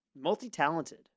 Multi-talented